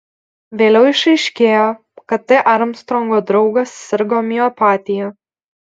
vėliau išaiškėjo kad t armstrongo draugas sirgo miopatija